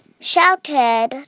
shouted